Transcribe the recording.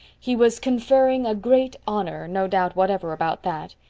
he was conferring a great honor no doubt whatever about that.